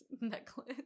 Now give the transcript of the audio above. necklace